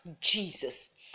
Jesus